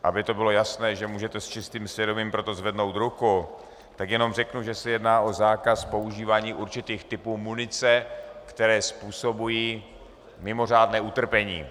Aby to bylo jasné, že můžete s čistým svědomím pro to zvednout ruku, tak jenom řeknu, že se jedná o zákaz používání určitých typů munice, které způsobují mimořádné utrpení.